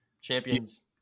Champions